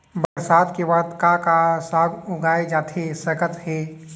बरसात के बाद का का साग उगाए जाथे सकत हे?